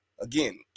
again